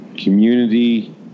community